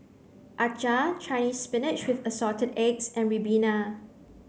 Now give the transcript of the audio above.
Acar Chinese spinach with assorted eggs and ribena